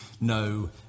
no